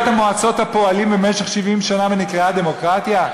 את מועצות הפועלים במשך 70 שנה ונקראה דמוקרטיה?